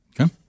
Okay